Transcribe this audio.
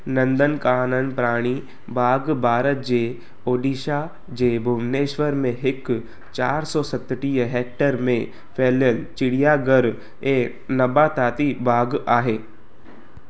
नंदनकानन प्राणी बाग भारत जे ओडिशा जे भुवनेश्वर में हिकु चार सौ सतटीह हेक्टेयर में फैलियल चिड़ियाघर ऐं नबाताती बाग आहे